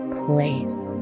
place